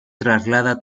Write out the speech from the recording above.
traslada